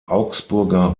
augsburger